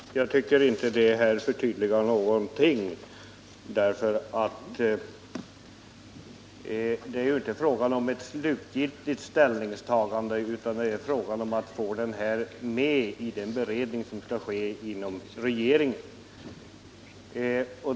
Herr talman! Jag tycker inte att detta förtydligar någonting. Det är ju inte fråga om ett slutgiltigt ställningstagande, utan det är fråga om att få denna sak med i den beredning som skall ske inom regeringen.